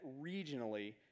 regionally